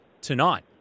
tonight